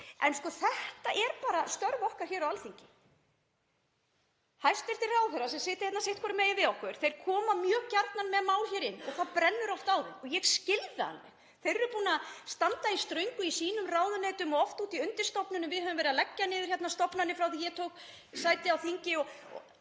En þetta eru bara störf okkar hér á Alþingi. Hæstv. ráðherrar sem sitja hérna sitthvorum megin við okkur koma mjög gjarnan með mál hér inn og það brennur oft á þeim og ég skil það alveg. Þeir eru búnir að standa í ströngu í sínum ráðuneytum og oft úti í undirstofnunum. Við höfum verið að leggja hérna niður stofnanir frá því að ég tók sæti á þingi og